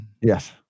Yes